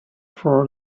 for